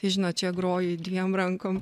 tai žinot čia groji dviem rankom